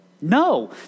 No